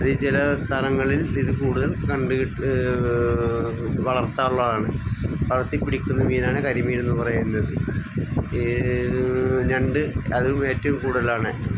അത് ചില സ്ഥലങ്ങളിൽ ഇത് കൂടുതൽ കണ്ടിട്ട് വളർത്താനുള്ളതാണ് വളർത്തി പിടിക്കുന്ന മീനാണ് കരിമീനെന്ന് പറയുന്നത് രണ്ട് അത് ഏറ്റവും കൂടുതലാണ്